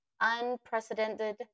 unprecedented